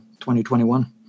2021